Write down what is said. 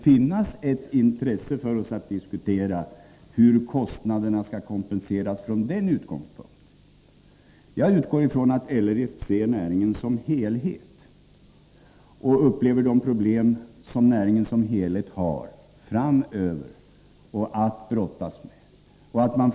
Finns det något intresse för oss att diskutera hur kostnaderna skall kompenseras från den utgångspunkten? Jag utgår från att LRF ser till näringen som helhet och har erfarenhet av de problem som näringen som helhet har att brottas med framöver.